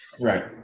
right